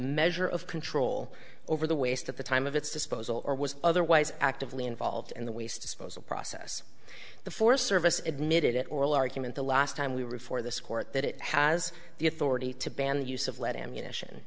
measure of control over the waste at the time of its disposal or was otherwise actively involved in the waste disposal process the forest service admitted at oral argument the last time we were before this court that it has the authority to ban the use of lead ammunition